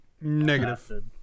Negative